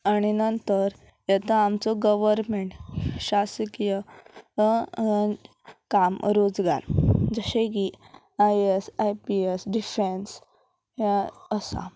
आनी नंतर येता आमचो गवरमेंट शासकीय काम रोजगार जशें की I A S I P S defence हें असा